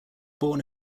born